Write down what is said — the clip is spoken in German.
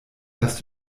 dass